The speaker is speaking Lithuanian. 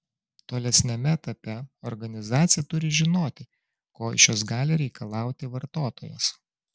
tolesniame etape organizacija turi žinoti ko iš jos gali reikalauti vartotojas